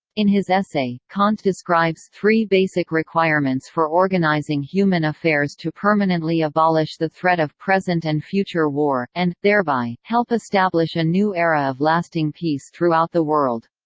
in his essay, kant describes three basic requirements for organizing human affairs to permanently abolish the threat of present and future war, and, thereby, help establish a new era of lasting peace throughout the world.